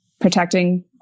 protecting